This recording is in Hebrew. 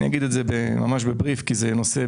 החישוב